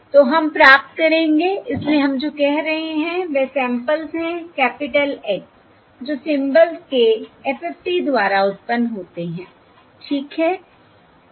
तो हम प्राप्त करेंगे इसलिए हम जो कह रहे हैं वह सैंपल्स हैं कैपिटल X s जो सिंबल्स के FFT द्वारा उत्पन्न होते हैं ठीक है